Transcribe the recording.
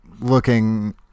looking